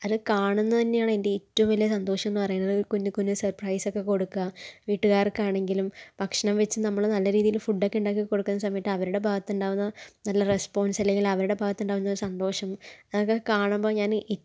അത് കാണുന്നത് തന്നെയാണെൻ്റെ ഏറ്റവും വലിയ സന്തോഷമെന്ന് പറയുന്നത് കുഞ്ഞു കുഞ്ഞു സർപ്രൈസൊക്കെ കൊടുക്കുക വീട്ടുകാർക്കാണെങ്കിലൂം ഭക്ഷ്ണംവെച്ച് നമ്മള് നല്ല രീതിയില് ഫുഡ്ഡോക്കെ ഉണ്ടാക്കി കൊടുക്കുന്ന സമയത്തവരുടെ ഭാഗത്തുണ്ടാകുന്ന നല്ല റെസ്പോൺസ് അല്ലെങ്കിൽ അവരുടെ ഭാഗത്തുണ്ടാവുന്ന സന്തോഷം അതൊക്കെ കാണുമ്പോൾ ഞാന്